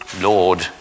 Lord